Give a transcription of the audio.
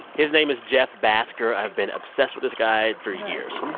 his name is jeff bhasker. i've been obsessed with this guy for years